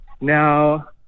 Now